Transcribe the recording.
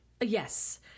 Yes